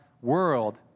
world